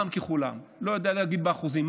אני לא יודע להגיד באחוזים,